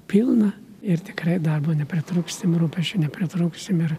pilna ir tikrai darbo nepritrūksim rūpesčių nepritrūksim ir